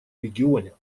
регионе